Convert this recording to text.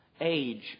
age